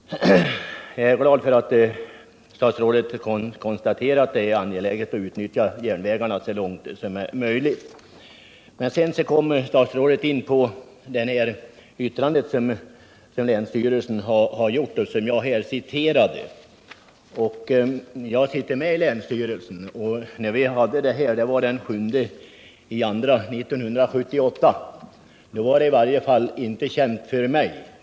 Jag är glad för att statsrådet konstaterade att det är angeläget att så långt som möjligt utnyttja järnvägarna. Sedan kom statsrådet in på det yttrande som länsstyrelsen har gjort och som jag citerade. Jag sitter med i länsstyrelsen, och den skrivelse jag citerade är av den 7 februari 1978 och då var den planerade omläggningen i varje fall inte känd för mig.